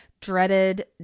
dreaded